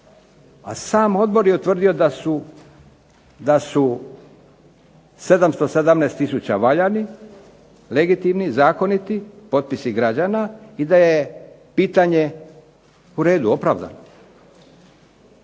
a sam Odbor je utvrdio da su 717000 valjani, legitimni, zakoniti potpisi građana i da je pitanje u redu, opravdano.